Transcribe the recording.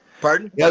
Pardon